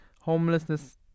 homelessness